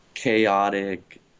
chaotic